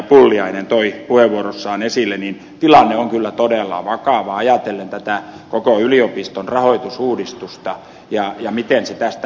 pulliainen toi puheenvuorossaan esille niin tilanne on kyllä todella vakava ajatellen tätä koko yliopiston rahoitusuudistusta ja miten se tästä eteenpäin kehittyy